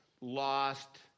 lost